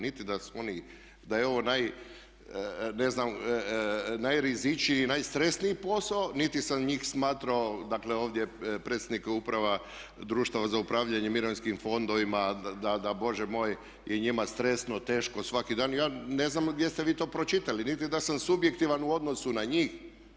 Niti da su oni, da je ovo naj, ne znam najrizičniji i najstresniji posao, niti sam njih smatrao, dakle ovdje predsjednik je uprava društava za upravljanje mirovinskim fondovima da Bože moj je njima stresno, teško svaki dan, ja ne znam gdje ste vi to pročitali, niti da sam subjektivan u odnosu na njih.